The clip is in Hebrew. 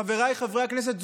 חבריי חברי הכנסת,